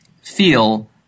feel